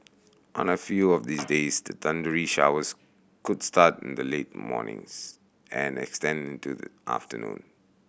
on a few of these days the thundery showers could start in the late mornings and extend into the afternoon